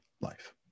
life